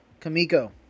Kamiko